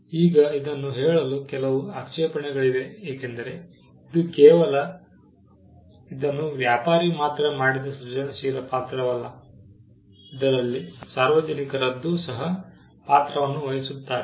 ಈಗ ಇದನ್ನು ಹೇಳಲು ಕೆಲವು ಆಕ್ಷೇಪಣೆಗಳಿವೆ ಏಕೆಂದರೆ ಇದು ಕೇವಲ ಇದನ್ನು ವ್ಯಾಪಾರಿ ಮಾತ್ರ ಮಾಡಿದ ಸೃಜನಶೀಲ ಪಾತ್ರವಲ್ಲ ದಲ್ಲಿ ಇದರಲ್ಲಿ ಸಾರ್ವಜನಿಕರದ್ದು ಸಹ ಪಾತ್ರವನ್ನು ವಹಿಸುತ್ತಾರೆ